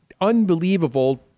unbelievable